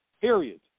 period